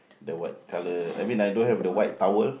the white color I mean I don't have the white owl